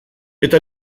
eta